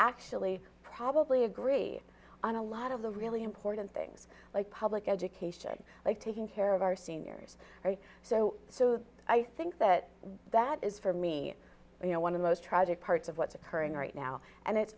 actually probably agree on a lot of the really important things like public education like taking care of our seniors so so i think that that is for me you know one of the most tragic parts of what's occurring right now and it's